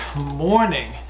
morning